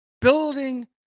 Building